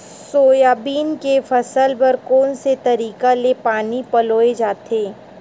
Soybean के फसल बर कोन से तरीका ले पानी पलोय जाथे?